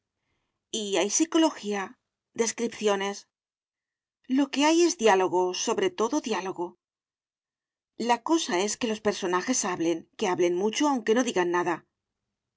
y hay psicología descripciones lo que hay es diálogo sobre todo diálogo la cosa es que los personajes hablen que hablen mucho aunque no digan nada